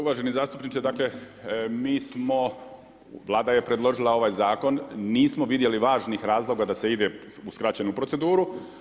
Uvaženi zastupniče, mi smo, Vlada je predložila ovaj zakon, nismo vidjeli važnih razloga da se ide u skraćenu proceduru.